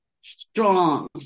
strong